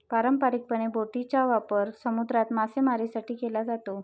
पारंपारिकपणे, बोटींचा वापर समुद्रात मासेमारीसाठी केला जातो